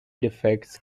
defects